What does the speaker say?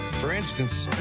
for instance,